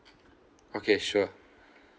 okay sure